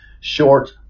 short